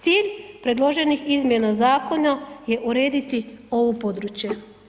Cilj predloženih izmjena zakona je urediti ovo područje.